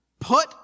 put